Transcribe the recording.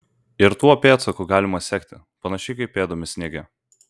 ir tuo pėdsaku galima sekti panašiai kaip pėdomis sniege